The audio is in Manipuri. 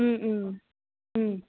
ꯎꯝ ꯎꯝ ꯎꯝ